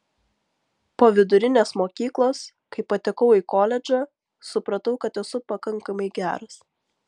po vidurinės mokyklos kai patekau į koledžą supratau kad esu pakankamai geras